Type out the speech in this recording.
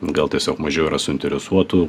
gal tiesiog mažiau yra suinteresuotų